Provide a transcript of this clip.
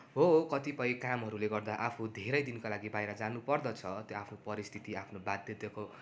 हो कतिपय कामहरूले गर्दा आफू धेरै दिनको लागि बाहिर जानुपर्दछ त्यो आफ्नो परिस्थिति आफ्नो बाध्यताको